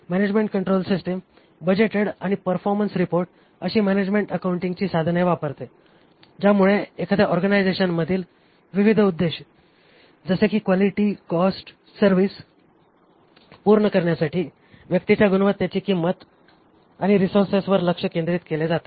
management control system budget आणि performance report अशी management अकाउंटिंगची साधने वापरते ज्यामुळे एखाद्या ऑर्गनायझेशनमधील विविध उद्देश जसे की क्वालिटी कॉस्ट आणि सर्व्हिस पूर्ण करण्यासाठी व्यक्तींच्या गुणवत्तेची किंमत आणि रिसोर्सेसवर लक्ष केंद्रित केले जाते